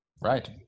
Right